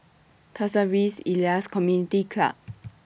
Pasir Ris Elias Community Club